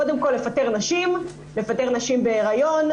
קודם כל לפטר נשים, לפטר נשים בהיריון.